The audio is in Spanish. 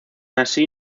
así